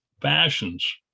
fashions